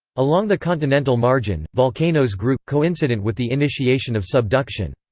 along the continental margin, volcanoes grew, coincident with the initiation of subduction.